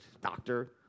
doctor